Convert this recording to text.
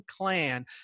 clan